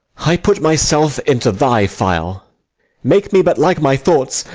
i put myself into thy file make me but like my thoughts,